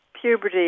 puberty